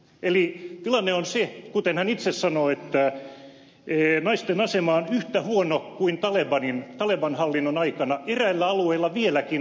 eli tilanne on se kuten hän itse sanoo että naisten asema on yhtä huono kuin taleban hallinnon aikana eräillä alueilla vieläkin huonompi